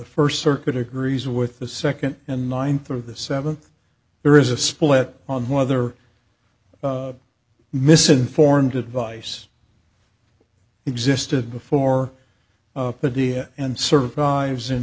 first circuit agrees with the second and ninth of the seven there is a split on whether misinformed advice existed before the dia and survives in